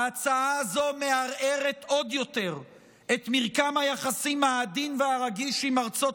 ההצעה הזו מערערת עוד יותר את מרקם היחסים העדין והרגיש עם ארצות